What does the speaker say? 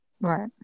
Right